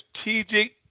strategic